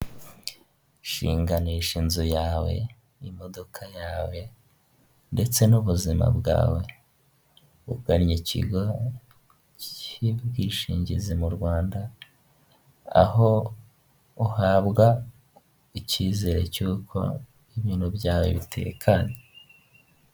Shinganisha inzu yawe n'imodoka yawe ndetse n'ubuzima bwawe ugannye ikigo cy'ubwishingizi mu Rwanda aho uhabwa icyizere cy'uko ibintu byawe bitekanye.